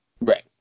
Right